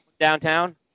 downtown